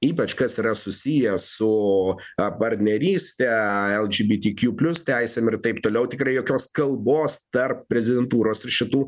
ypač kas yra susiję su partneryste lgbtq plius teisėm ir taip toliau tikrai jokios kalbos tarp prezidentūros ir šitų